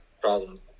problem